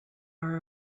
are